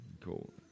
cool